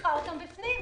צריכה אותם בפנים.